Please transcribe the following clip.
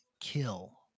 kill